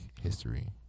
history